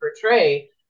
portray